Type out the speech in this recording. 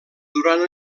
durant